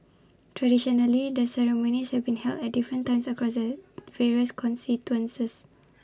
traditionally the ceremonies have been held at different times across various constituencies